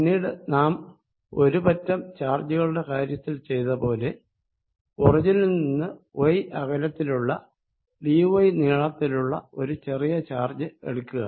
പിന്നീട് നാം ഒരു പറ്റം ചാർജുകളുടെ കാര്യത്തിൽ ചെയ്ത പോലെ ഒറിജിനിൽ നിന്ന് y അകലത്തിലുള്ള dy നീളത്തിലുള്ള ഒരു ചെറിയ ചാർജ് എടുക്കുക